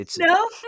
No